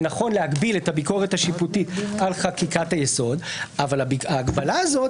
זה נכון להגביל את הביקורת השיפוטית על חקיקת היסוד אבל ההגבלה הזאת